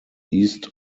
east